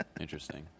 Interesting